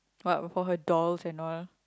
what for her dolls and all